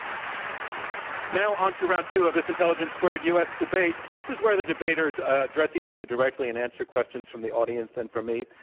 um now, on to round two of this intelligence squared u. s. debate. this is where the debaters address each other directly and answer questions from the audience and from me.